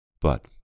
But